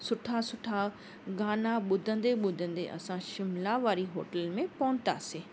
सुठा सुठा गाना ॿुधंदे ॿुधंदे असां शिमला वारी होटल में पहुतासीं